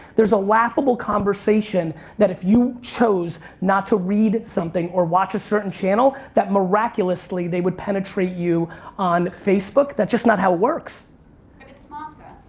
there's a laughable conversation that, if you chose not to read something or watch a certain channel, that, miraculously, they would penetrate you on facebook. that's just not how it works. but it's smarter.